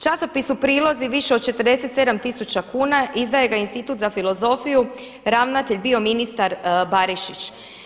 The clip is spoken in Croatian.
Časopisu Prilozi više od 47 tisuća kuna izdaje ga Institut za filozofiju, ravnatelj bio ministar Barišić.